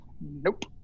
Nope